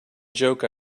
joke